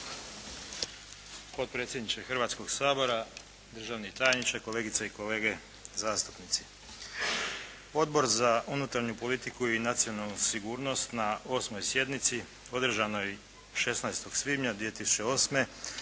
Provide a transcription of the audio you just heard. Potpredsjedniče Hrvatskog sabora, državni tajniče, kolegice i kolege zastupnici. Odbor za unutarnju politiku i nacionalnu sigurnost na 8. sjednici održanoj 16. svibnja 2008.